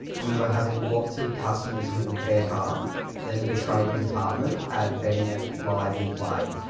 we were having lots of customers who were better than the trading department at betting at live in play,